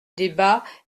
débat